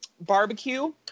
barbecue